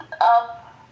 up